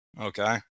Okay